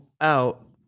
out